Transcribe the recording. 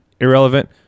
irrelevant